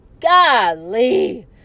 golly